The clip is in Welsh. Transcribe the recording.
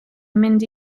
mynd